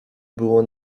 było